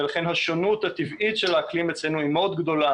ולכן השונות הטבעית של האקלים אצלנו היא מאוד גדולה.